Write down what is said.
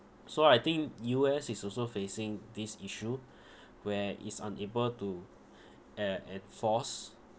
so I think U_S is also facing these issue where is unable to e~ enforce